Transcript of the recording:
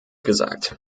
gesagt